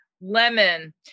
lemon